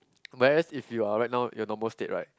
whereas if you are right now in your normal state right